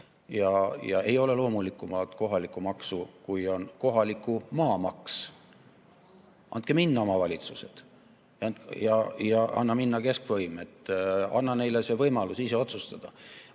Ja ei ole loomulikumat kohalikku maksu kui kohaliku maa maks. Andke minna, omavalitsused! Anna minna, keskvõim! Anna neile see võimalus ise otsustada!